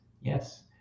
yes